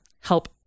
help